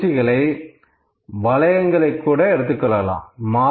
சில ஊசிகளை வளையங்களை கூட எடுத்துக்கொள்ளலாம்